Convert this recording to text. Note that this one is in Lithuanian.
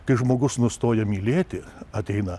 kai žmogus nustoja mylėti ateina